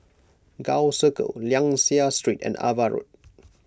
Gul Circle Liang Seah Street and Ava Road